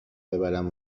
ببرم